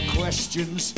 questions